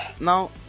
now